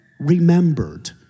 remembered